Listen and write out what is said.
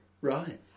Right